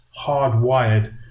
hardwired